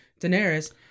Daenerys